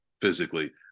physically